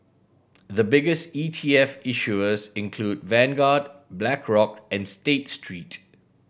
the biggest E T F issuers include Vanguard Blackrock and State Street